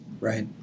Right